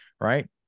right